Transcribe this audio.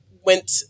went